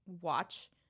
watch